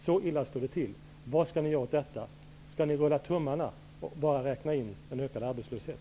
Så illa står det till. Vad skall ni göra åt detta? Skall ni rulla tummarna och bara räkna in en ökad arbetslöshet?